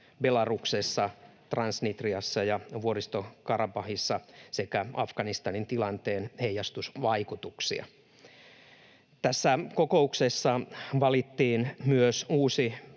Belaruksessa, Transnistriassa ja Vuoristo-Karabahissa sekä Afganistanin tilanteen heijastusvaikutuksia. Tässä kokouksessa valittiin myös uusi